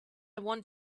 want